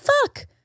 fuck